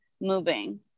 moving